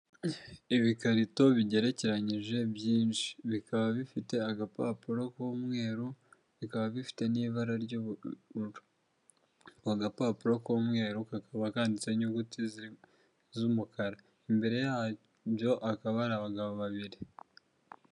Ibikarito bigerekeranyije byinshi bikaba bifite agapapuro k'umweru bikaba bifite n'ibara ry'ubururu. Ako gapapuro k'umweru kakaba kanditseho inyuguti z'umukara imbere yabyo hakaba ari abagabo babiri.